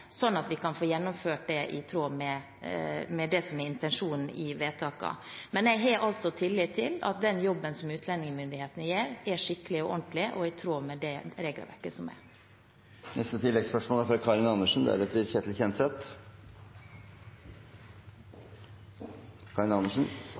det som er intensjonen i vedtakene. Jeg har altså tillit til at den jobben som utlendingsmyndighetene gjør, er skikkelig og ordentlig og i tråd med det regelverket som er.